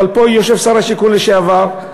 אבל פה יושב שר השיכון לשעבר,